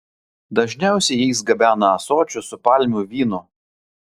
dažniausiai jais gabena ąsočius su palmių vynu